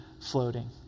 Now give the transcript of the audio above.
floating